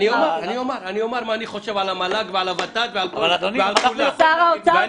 אני אומר מה אני חושב על המל"ג ועל הוות"ת ועל כל --- ושר האוצר,